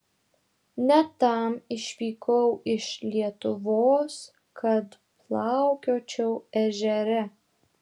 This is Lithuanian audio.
ne tam išvykau iš lietuvos kad plaukiočiau ežere